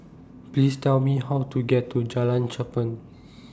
Please Tell Me How to get to Jalan Cherpen